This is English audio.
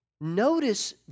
notice